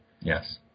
Yes